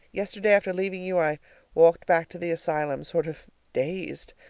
yesterday, after leaving you, i walked back to the asylum sort of dazed.